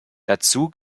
dazu